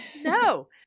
No